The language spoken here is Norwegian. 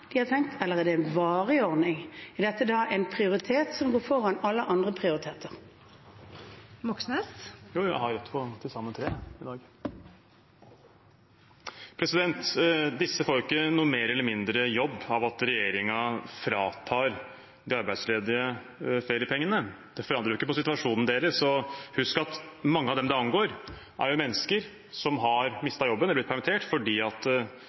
eller en varig ordning? Er dette en prioritering som går foran alle andre prioriteringer? Bjørnar Moxnes – til oppfølgingsspørsmål. Disse får ikke noe mer eller mindre jobb av at regjeringen fratar de arbeidsledige feriepengene. Det forandrer ikke på situasjonen deres. Husk at mange av dem det angår, er mennesker som har mistet jobben eller blitt permittert fordi